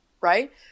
right